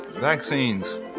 vaccines